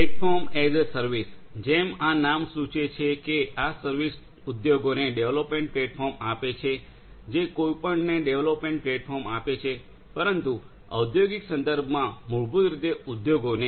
platform as a service જેમ આ નામ સૂચવે છે કે આ સર્વિસ ઉદ્યોગોને ડેવલપમેન્ટ પ્લેટફોર્મ આપે છે જે કોઈપણને ડેવલપમેન્ટ પ્લેટફોર્મ આપે છે પરંતુ ઔદ્યોગિક સંદર્ભમાં મૂળભૂત રીતે ઉદ્યોગોને